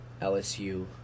LSU